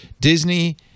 Disney